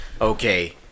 Okay